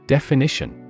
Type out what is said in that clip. Definition